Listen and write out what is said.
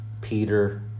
Peter